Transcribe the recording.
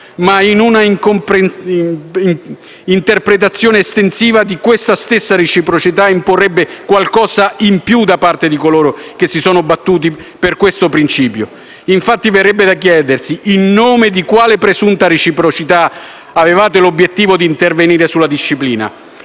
ma un'interpretazione estensiva di questa stessa reciprocità imporrebbe qualcosa in più da parte di coloro che si sono battuti per questo principio. Infatti, verrebbe da chiedersi: in nome di questa presunta reciprocità avevate l'obiettivo di intervenire sulla disciplina,